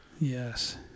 Yes